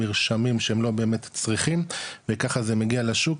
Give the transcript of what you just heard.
מרשמים שהם לא באמת צריכים וככה זה מגיע לשוק,